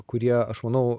kurie aš manau